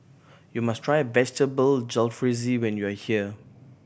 you must try Vegetable Jalfrezi when you are here